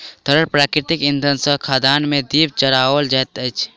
तरल प्राकृतिक इंधन सॅ खदान मे दीप जराओल जाइत अछि